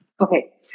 Okay